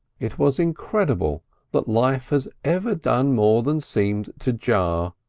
it was incredible that life has ever done more than seemed to jar,